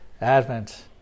Advent